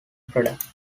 products